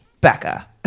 Becca